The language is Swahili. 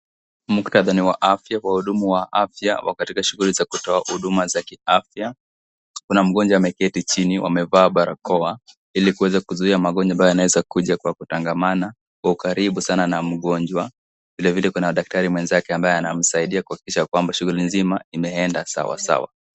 Muktadha ni wa afya , wahudumu wa afya wako katika shughuli za kutoa huduma za kiafya kuna mgonjwa ameketi chini wamevaa barakoa ili kuweza kuzuia magonjwa ambayo yanaweza kuja kwa kutangamana kwa karibu sana na mgonjwa vile vile kuna daktari mwenzake ambaye anamsaidia kuhakikisha kwamba shughuli mzima imeenda sawa sawa.